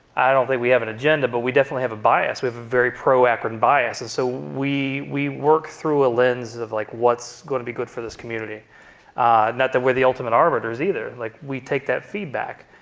i don't think we have an agenda, but we definitely have a bias. we very pro akron bias, and so we we work through a lens of like what's going to be good for this community. not that we're the ultimate arbiters either. like we take that feedback.